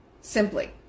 simply